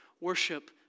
worship